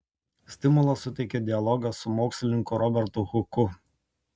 stimulą suteikė dialogas su mokslininku robertu huku